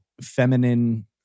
feminine